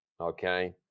Okay